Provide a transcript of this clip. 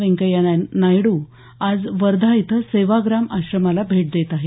वेंकय्या नायडू आज वर्धा इथं सेवाग्राम आश्रमाला भेट देत आहेत